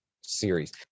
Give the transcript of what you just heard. series